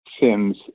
sims